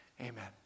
amen